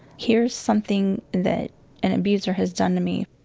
here's something that an abuser has done to me,